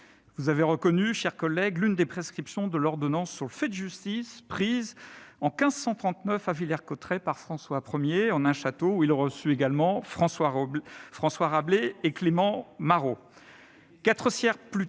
Vous avez reconnu, chers collègues, l'une des prescriptions de l'ordonnance sur le fait de la justice, prise en 1539, à Villers-Cotterêts, par François I en un château où il reçut François Rabelais et Clément Marot.